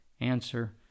answer